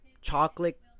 chocolate